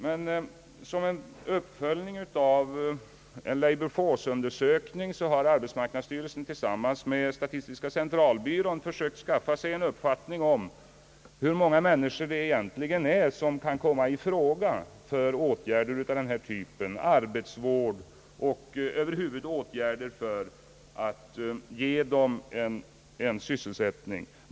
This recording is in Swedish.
Men som en uppföljning av en labour force-undersökning har arbetsmarknadsstyrelsen = tillsammans med statistiska centralbyrån försökt skaffa sig en uppfattning om hur många människor det egentligen är, som kan komma i fråga för åtgärder av denna typ — arbetsvård och över huvud taget åtgärder för att ge dem sysselsättning.